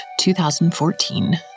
2014